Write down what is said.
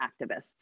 activists